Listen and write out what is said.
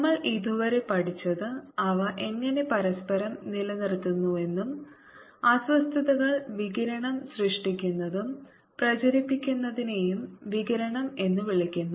നമ്മൾ ഇതുവരെ പഠിച്ചത് അവ എങ്ങനെ പരസ്പരം നിലനിർത്തുന്നുവെന്നും അസ്വസ്ഥതകൾ വികിരണം സൃഷ്ടിക്കുന്നതും പ്രചരിപ്പിക്കുന്നതിനെയും വികിരണം എന്ന് വിളിക്കുന്നു